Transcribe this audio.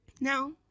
now